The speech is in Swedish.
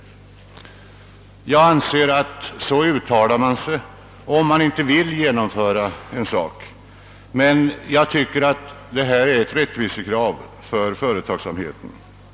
Jag anser, att så uttalar man sig, om man inte vill genomföra en reform. Jag tycker emellertid att det här gäller ett rättvisekrav från företagsamheten som bör tillgodoses.